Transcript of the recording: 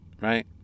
right